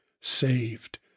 saved